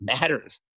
matters